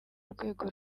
rwego